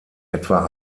etwa